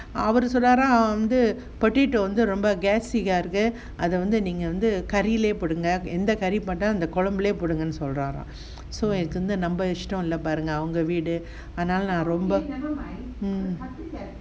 அவரு சொன்னாராம் வந்து:avaru sonnaram vanthu potato வந்து ரொம்ப:vanthu romba gas இருக்கு அத வந்து நீங்க வந்து:iruku atha vanthu neenga vanthu curry போடுங்க எந்த:podunga entha curry போட்ட அந்த கோலம்புலையே போடுங்கனு சொல்றாராம்:potta antha kolabulaiye podungannu solraaraam so இருக்கறது நம்ம இஷ்டம் பாருங்க அவங்க வீடு அதுனால:irukarathu namma ishtam paarunga avanga veedu athunaala mm